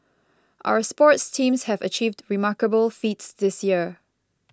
our sports teams have achieved remarkable feats this year